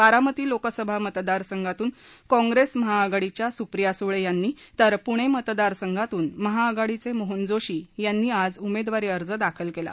बारामती लोकसभा मतदारसंघातून काँप्रेस महाआघाडीच्या सुप्रिया सुळे यांनी तर पुणे मतदार संघातून महाआघाडीचे मोहन जोशी यांनीही आज उमेदवारी अर्ज दाखल केला